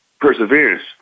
perseverance